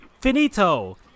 Finito